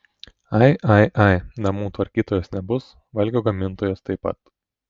ai ai ai namų tvarkytojos nebus valgio gamintojos taip pat